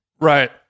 Right